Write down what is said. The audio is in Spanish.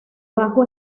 bajo